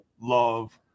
love